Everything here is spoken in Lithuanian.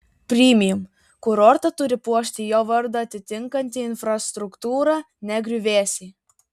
premium kurortą turi puošti jo vardą atitinkanti infrastruktūra ne griuvėsiai